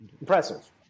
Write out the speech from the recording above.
Impressive